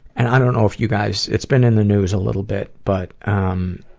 and i don't know if you guys. it's been in the news a little bit, but um,